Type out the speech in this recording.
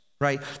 right